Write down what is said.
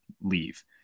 leave